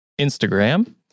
Instagram